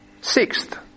Sixth